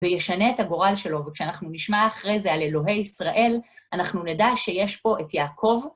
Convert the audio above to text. וישנה את הגורל שלו, וכשאנחנו נשמע אחרי זה על אלוהי ישראל, אנחנו נדע שיש פה את יעקב.